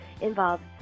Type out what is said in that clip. involves